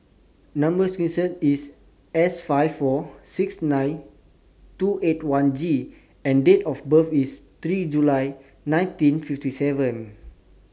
Number sequence IS S five four six nine two eight one G and Date of birth IS three July nineteen fifty seven